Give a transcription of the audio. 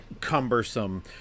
cumbersome